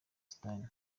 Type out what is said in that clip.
sudan